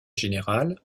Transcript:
général